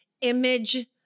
image